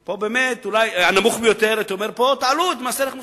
פה תעלו את מס ערך מוסף.